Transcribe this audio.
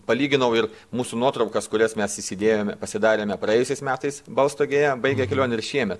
palyginau ir mūsų nuotraukas kurias mes įsidėjome pasidarėme praėjusiais metais balstogėje baigę kelionę ir šieme